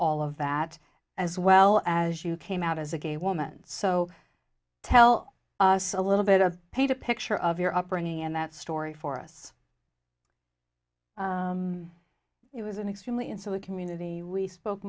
all of that as well as you came out as a gay woman so tell us a little bit of paint a picture of your upbringing and that story for us it was an extremely insular community we spoke